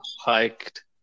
hiked